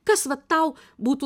kas vat tau būtų